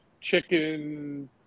chicken